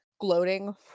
Gloating